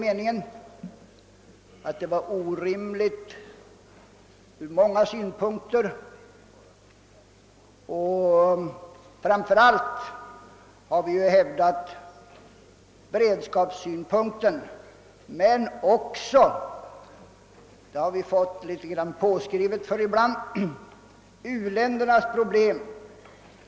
Vi ansåg att detta ur många synpunkter var orimligt. Framför allt har vi hävdat beredskapssynpunkten men också — och det har vi ibland fått litet påskrivet för — u-ländernas problem.